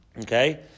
Okay